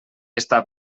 està